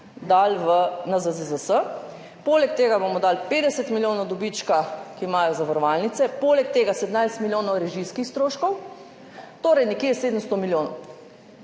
dali v ZZZS, poleg tega bomo dali 50 milijonov dobička, ki ga imajo zavarovalnice, poleg tega 17 milijonov režijskih stroškov, torej nekje 700 milijonov.